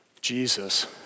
Jesus